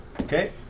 Okay